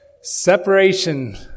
separation